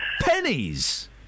pennies